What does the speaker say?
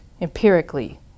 empirically